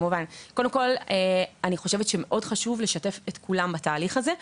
חשוב מאוד לשתף את כולם בתהליך הזה,